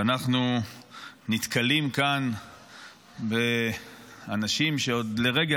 ואנחנו נתקלים כאן באנשים שעוד לרגע,